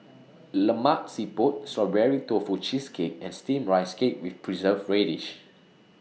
Lemak Siput Strawberry Tofu Cheesecake and Steamed Rice Cake with Preserved Radish